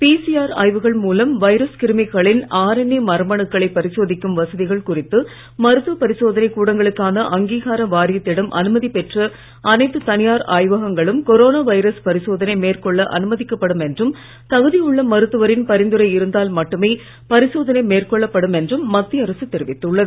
PCR ஆய்வுகள் மூலம் virus கிருமிகளின் ஆர்என்ஏ மரபணுக்களை பரிசோதிக்கும் வசதிகள் குறித்து மருத்துவ பரிசோதனை கூடங்களுக்கான அங்கீகார வாரியத்திடம் அனுமதி பெற்ற அனைத்து தனியார் மேற்கொள்ள அனுமதிக்கப்படும் என்றும் தகுதியுள்ள மருத்துவரின் பரிந்துரை இருந்தால் மட்டுமே பரிசோதனை மேற்கொள்ளப்படும் என்றும் மத்திய அரசு தெரிவித்துள்ளது